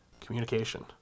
communication